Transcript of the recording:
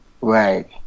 right